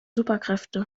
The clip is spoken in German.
superkräfte